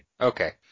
okay